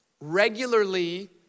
regularly